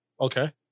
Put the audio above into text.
Okay